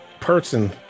person